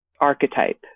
archetype